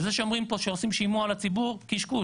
וזה שאומרים פה שעושים שימוע לציבור קשקוש,